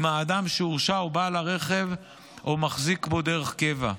אם האדם שהורשע הוא בעל הרכב או מחזיק בו דרך קבע.